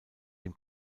dem